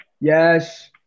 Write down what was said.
Yes